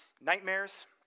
Nightmares